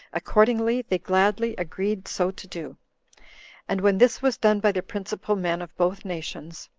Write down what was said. accordingly, they gladly agreed so to do and when this was done by the principal men of both nations,